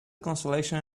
consolation